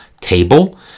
table